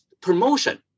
promotion